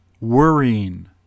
worrying